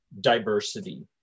diversity